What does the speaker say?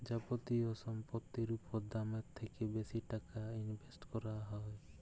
যাবতীয় সম্পত্তির উপর দামের থ্যাকে বেশি টাকা ইনভেস্ট ক্যরা হ্যয়